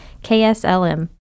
KSLM